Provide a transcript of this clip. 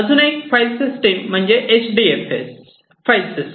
अजून एक file system म्हणजे H D F S file system